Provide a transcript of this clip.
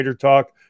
Talk